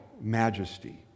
Majesty